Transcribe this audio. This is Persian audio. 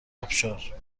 آبشار